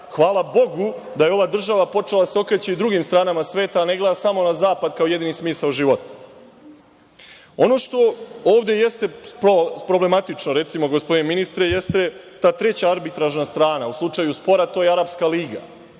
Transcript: Hvala bogu da je ova država počela da se okreće i drugim stranama sveta, da ne gleda samo na zapad kao jedini smisao života. Ono što ovde jeste problematično, recimo, gospodine ministre, jeste ta treba arbitražna strana u slučaju spora. To je Arapska liga.